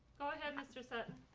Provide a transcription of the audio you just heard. go ahead, mr. sutton.